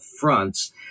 fronts